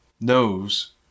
knows